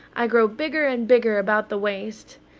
i grow bigger and bigger about the waist,